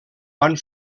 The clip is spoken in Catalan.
van